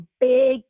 big